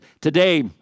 Today